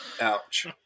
Ouch